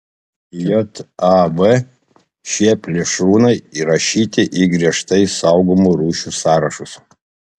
jav šie plėšrūnai įrašyti į griežtai saugomų rūšių sąrašus